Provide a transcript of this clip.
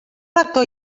rector